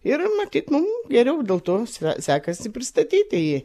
ir matyt mum geriau dėl to sve sekasi pristatyti jį